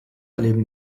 erleben